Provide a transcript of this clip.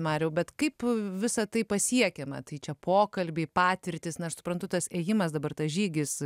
mariau bet kaip visa tai pasiekiama tai čia pokalbiai patirtys na aš suprantu tas ėjimas dabar tas žygis